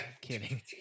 kidding